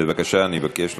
בבקשה, אני מבקש לשבת.